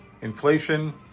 Inflation